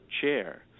chair